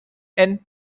and